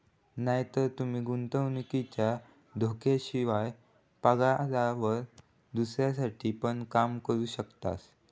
नायतर तूमी गुंतवणुकीच्या धोक्याशिवाय, पगारावर दुसऱ्यांसाठी पण काम करू शकतास